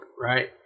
right